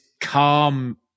calm